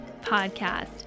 Podcast